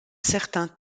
certain